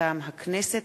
מטעם הכנסת,